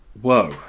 Whoa